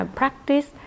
practice